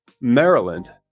maryland